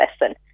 lesson